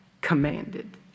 commanded